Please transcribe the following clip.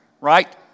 right